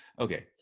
Okay